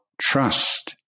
trust